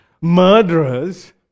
murderers